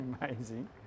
Amazing